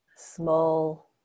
small